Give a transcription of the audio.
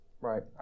right